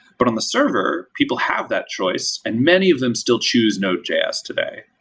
but on the server, people have that choice and many of them still choose node js today.